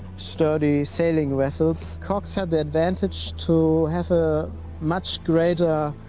sturdy sailing vessels. cogs had the advantage to have a much greater